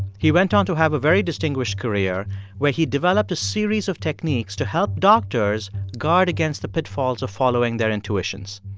he went on to have a very distinguished career where he developed a series of techniques to help doctors guard against the pitfalls of following their intuitions.